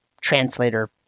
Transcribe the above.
translator